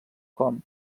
com